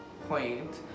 point